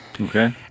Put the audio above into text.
Okay